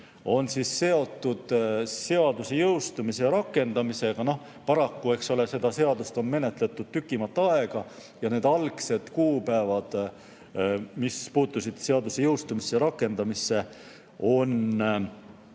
– on seotud seaduse jõustumise ja rakendamisega. Paraku, eks ole, seda seadust on menetletud tükimat aega ja need algsed kuupäevad, mis puudutasid seaduse jõustumist ja rakendamist, enam